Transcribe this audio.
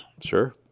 Sure